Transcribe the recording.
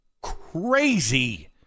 crazy